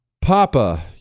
Papa